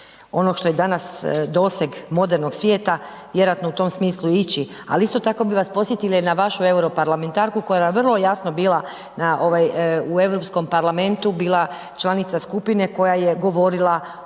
onog što je danas doseg modernog svijeta, vjerojatno u tom smislu i ići. Ali isto tako bi vas posjetila i na vašu europarlamentarku koja je na vrlo jasno bila u Europskom parlamentu, bila članica skupine koja je govorila o